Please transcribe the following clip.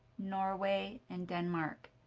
norway, and denmark.